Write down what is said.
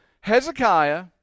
Hezekiah